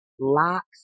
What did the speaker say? locks